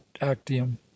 actium